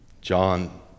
John